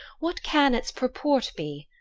what can its purport be?